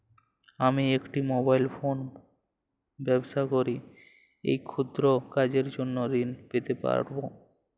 আমি একটি মোবাইল ফোনে ব্যবসা করি এই ক্ষুদ্র কাজের জন্য ঋণ পেতে পারব?